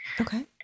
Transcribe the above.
Okay